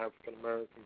African-American